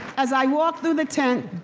as i walk through the tent,